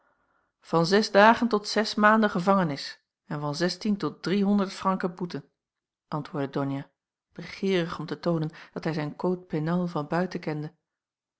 van zes dagen tot zes maanden gevangenis en van zestien tot driehonderd franken boete antwoordde donia begeerig om te toonen dat hij zijn code pénal van buiten kende